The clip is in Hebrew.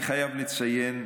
אני חייב לציין,